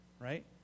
Right